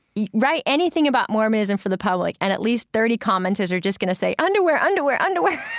yeah write anything about mormons and for the public and at least thirty commentators are just going to say, underwear, underwear, underwear!